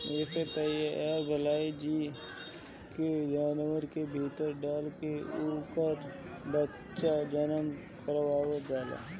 एसे तैयार भईल जीन के जानवर के भीतर डाल के उनकर बच्चा के जनम करवावल जाला